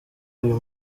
uyu